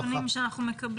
אבל לפי הנתונים שאנחנו מקבלים,